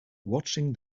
watching